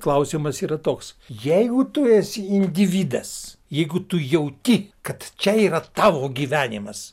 klausimas yra toks jeigu tu esi individas jeigu tu jauti kad čia yra tavo gyvenimas